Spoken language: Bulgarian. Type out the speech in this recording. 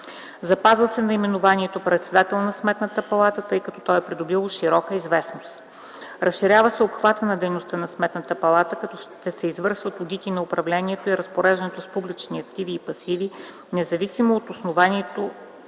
Запазва се наименованието „председател на Сметната палата”, тъй като е придобило широка известност. Разширява се обхватът на дейността на Сметната палата, като ще се извършват одити на управлението и разпореждането с публични активи и пасиви, независимо от основанието